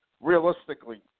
realistically